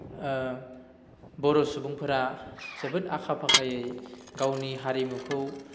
बर' सुबुंफोरा जोबोद आखा फाखायै गावनि हारिमुखौ